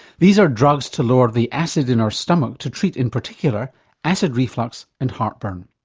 these are drugs to lower the acid in our stomach to treat in particular acid reflux and heartburn.